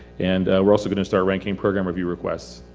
and we're also going to start ranking program review requests.